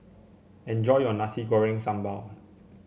enjoy your Nasi Goreng Sambal